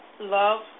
Love